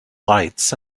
lights